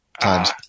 times